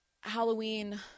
Halloween